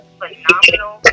phenomenal